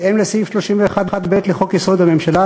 בהתאם לסעיף 31(ב) לחוק-יסוד: הממשלה,